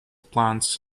plants